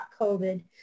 COVID